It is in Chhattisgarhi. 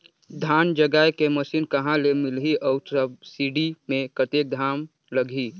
धान जगाय के मशीन कहा ले मिलही अउ सब्सिडी मे कतेक दाम लगही?